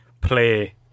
play